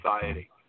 society